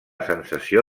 sensació